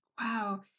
Wow